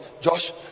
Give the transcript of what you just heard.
Josh